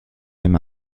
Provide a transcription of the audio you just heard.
dem